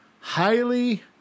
highly